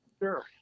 Sure